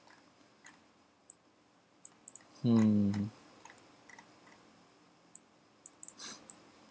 hmm